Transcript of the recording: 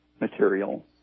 material